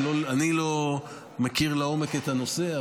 אני לא מכיר לעומק את הנושא,